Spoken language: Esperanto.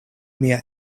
mia